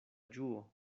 ĝuo